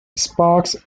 sparks